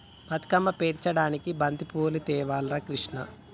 బతుకమ్మను పేర్చడానికి బంతిపూలు తేవాలి రా కిష్ణ